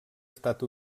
estat